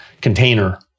container